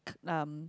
k~ um